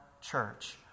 church